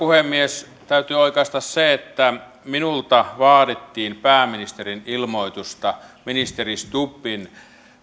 puhemies täytyy oikaista se että minulta vaadittiin pääministerin ilmoitusta ministeri stubbin